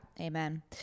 amen